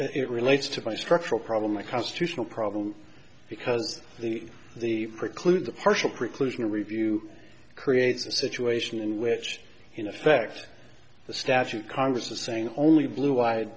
it relates to my structural problem my constitutional problem because the the preclude the partial preclusion review creates a situation in which in effect the statute congress is saying only blue eyed